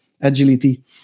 agility